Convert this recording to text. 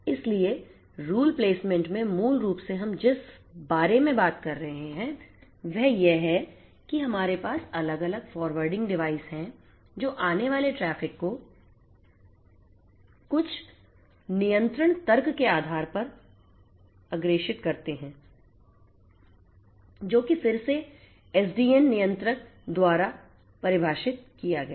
इसलिए rule placement में मूल रूप से हम जिस बारे में बात कर रहे हैं वह यह है कि हमारे पास अलग अलग फ़ॉरवर्डिंग डिवाइस हैं जो आने वाले ट्रैफ़िक को कुछ नियंत्रण तर्क के आधार पर अग्रेषित करते हैं जो कि फिर से एसडीएन नियंत्रक द्वारा परिभाषित किया गया है